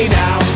now